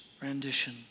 rendition